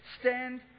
Stand